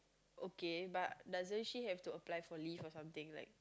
okay but doesn't she have to apply for leave or something like